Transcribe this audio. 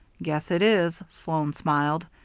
guess it is, sloan smiled.